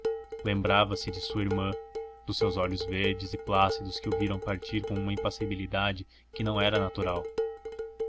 transparentes lembrava-se de sua irmã dos seus olhos verdes e plácidos que o viram partir com uma impassibilidade que não era natural